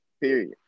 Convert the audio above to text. Period